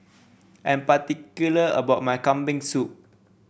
I'm particular about my Kambing Soup